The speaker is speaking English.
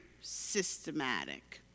systematic